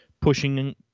pushing